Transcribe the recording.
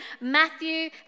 Matthew